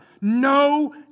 No